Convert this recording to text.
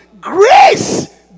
Grace